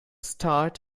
start